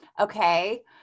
Okay